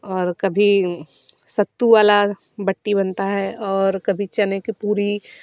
और कभी सत्तु वाला बट्टी बनता है और कभी चने की पूरी